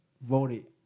voted